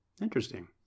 Interesting